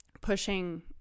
pushing